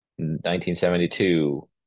1972